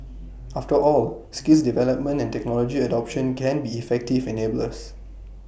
after all skills development and technology adoption can be effective enablers